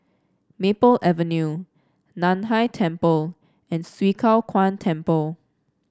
Maple Avenue Nan Hai Temple and Swee Kow Kuan Temple